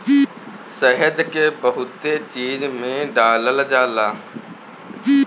शहद के बहुते चीज में डालल जाला